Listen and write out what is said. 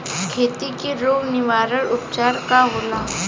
खेती के रोग निवारण उपचार का होला?